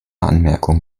anmerkung